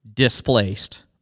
displaced